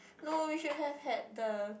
no we should have had the